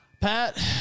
Pat